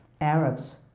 Arabs